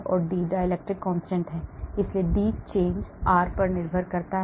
D dielectric constant है इसलिए D change r पर निर्भर करता है